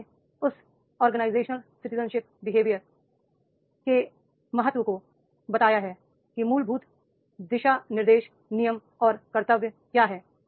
इसलिए उस organisational citizenship behaviour के महत्व के बारे में बताया है कि मूलभूत दिशानिर्देश नियम और कर्तव्य क्या हैं